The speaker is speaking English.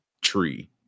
tree